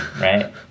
right